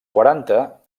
quaranta